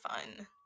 fun